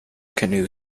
canoe